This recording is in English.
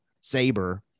saber